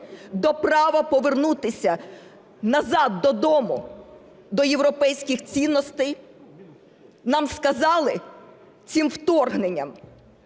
до права повернутися назад додому до європейських цінностей. Нам сказали цим вторгненням,